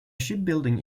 shipbuilding